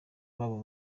nabo